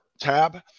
tab